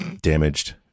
damaged